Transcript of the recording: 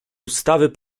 ustawy